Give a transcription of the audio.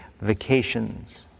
vacations